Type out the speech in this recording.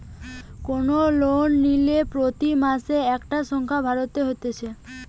কোন লোন নিলে সেটা প্রতি মাসে একটা সংখ্যা ভরতে হতিছে